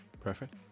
Perfect